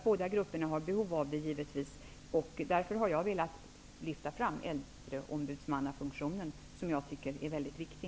Båda grupperna har givetvis behov, och därför har jag velat lyfta fram äldreombudsmannafunktionen, som jag tycker är mycket viktig.